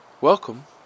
welcome